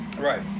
Right